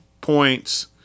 points